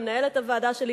למנהלת הוועדה שלי,